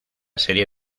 serie